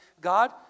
God